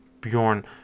Bjorn